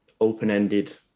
open-ended